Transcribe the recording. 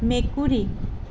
মেকুৰী